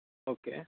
okay